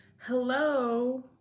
hello